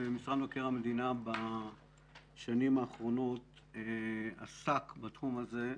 משרד מבקר המדינה בשנים האחרונות עסק בתחום הזה.